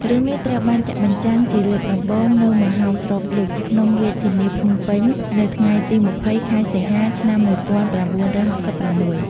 រឿងនេះត្រូវបានចាក់បញ្ចាំងជាលើកដំបូងនៅមហោស្រពលុច្ស ក្នុង រាជធានីភ្នំពេញ នៅថ្ងៃទី២០ ខែសីហា ឆ្នាំ១៩៦៦។